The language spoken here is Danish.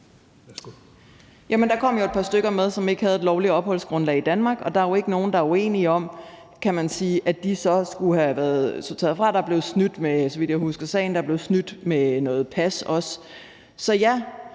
der kom et par stykker med, som ikke havde et lovligt opholdsgrundlag i Danmark, og der er jo ikke er nogen, der er uenige i, kan man sige, at de så skulle have været sorteret fra. Så vidt jeg husker sagen, blev der også snydt med nogle pas, så ja.